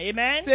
Amen